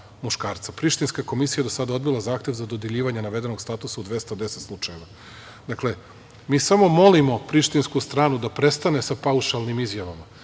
Prištinska komisija je do sada odbila zahtev za dodeljivanje navedenog statusa u 210 slučajeva. Dakle, mi samo molimo prištinsku stranu da prestane sa paušalnim izjavama